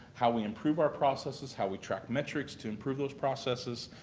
how we improve our processes, how we track metrics to improve those processes,